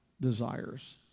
desires